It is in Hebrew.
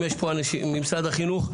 אם יש פה אנשים ממשרד החינוך,